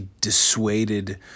dissuaded